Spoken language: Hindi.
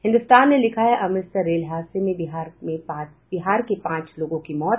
हिन्दुस्तान ने लिखा है अमृतसर रेल हादसे में बिहार के पांच की मौत